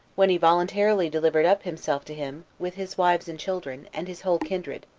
when he voluntarily delivered up himself to him, with his wives and children, and his whole kindred,